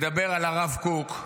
הרב עמיטל מדבר על הרב קוק: